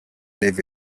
leave